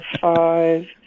five